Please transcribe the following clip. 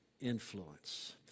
influence